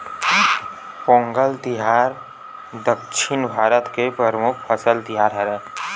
पोंगल तिहार दक्छिन भारत के परमुख फसल तिहार हरय